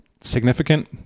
significant